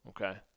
okay